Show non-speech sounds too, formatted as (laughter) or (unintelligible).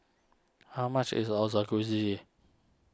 how much is (unintelligible)